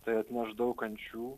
tai atneš daug kančių